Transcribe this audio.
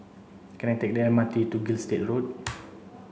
can I take the M R T to Gilstead Road